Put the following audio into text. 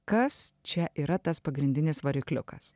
kas čia yra tas pagrindinis varikliukas